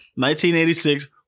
1986